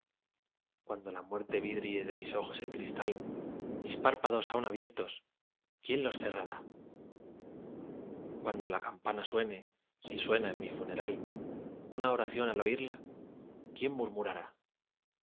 cuando la muerte vidríe de mis ojos el cristal mis párpados aún abiertos quién los cerrará cuando la campana suene si suena en mi funeral una oración al oirla quién murmurará